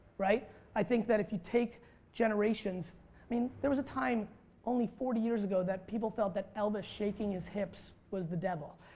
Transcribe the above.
i think that if you take generations, i mean there was a time only forty years ago that people felt that elvis shaking his hips was the devil.